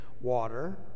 Water